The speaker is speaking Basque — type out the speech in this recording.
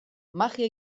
magia